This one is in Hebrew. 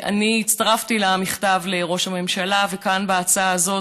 אני הצטרפתי למכתב לראש הממשלה, וכאן, להצעה הזאת.